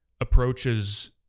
approaches